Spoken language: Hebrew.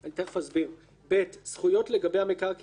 (ב) זכויות לגבי מקרקעין המיועדים